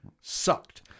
sucked